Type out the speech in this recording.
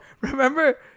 Remember